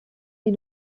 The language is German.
die